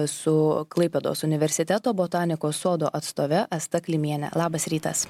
su klaipėdos universiteto botanikos sodo atstove asta klimiene labas rytas